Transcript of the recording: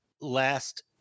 Last